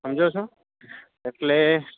સમજો છો એટલે